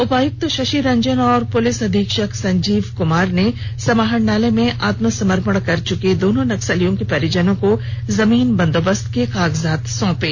उपायुक्त शशि रंजन और पुलिस अधीक्षक संजीव कुमार ने समाहरणालय में आत्मसमर्पण कर चुके दोनों नक्सलियों के परिजनों को जमीन बंदोबस्त के कागजात सौंपे